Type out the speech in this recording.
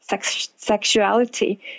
sexuality